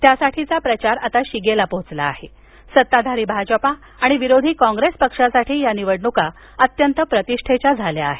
त्यासाठीचा प्रचार आता शिगेला पोहोचला असून सत्ताधारी भाजपा आणि विरोधी कॉंग्रेस पक्षासाठी या निवडणुका अत्यंत प्रतिषेच्या झाल्या आहेत